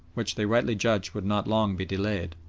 which they rightly judged would not long be delayed.